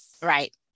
Right